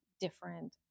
different